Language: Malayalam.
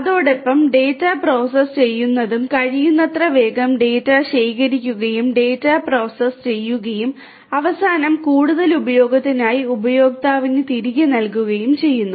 അതോടൊപ്പം ഡാറ്റ പ്രോസസ് ചെയ്യുന്നതും കഴിയുന്നത്ര വേഗം ഡാറ്റ ശേഖരിക്കുകയും ഡാറ്റ പ്രോസസ്സ് ചെയ്യുകയും അവസാനം കൂടുതൽ ഉപയോഗത്തിനായി ഉപയോക്താവിന് തിരികെ നൽകുകയും ചെയ്യുന്നു